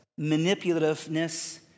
manipulativeness